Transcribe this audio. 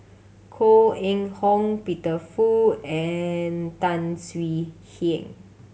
Koh Eng Hoon Peter Fu and Tan Swie Hian